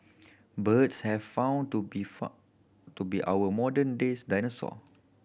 birds have found to be found to be our modern days dinosaur